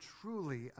truly